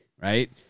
right